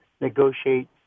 negotiate